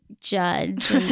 judge